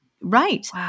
Right